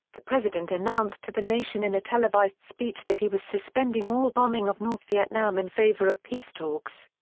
the president announced to the nation in a televised speech that he was suspending all bombing of north vietnam in favor of peace talks.